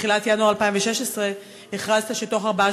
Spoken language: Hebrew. בתחילת ינואר 2016 הכרזת שבתוך ארבעה